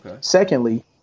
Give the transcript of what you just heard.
Secondly